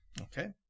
Okay